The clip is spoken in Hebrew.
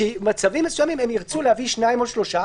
שבמצבים מסוימים הם ירצו להביא שניים או שלושה,